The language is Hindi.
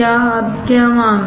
अब क्या मामला है